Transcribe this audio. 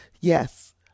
yes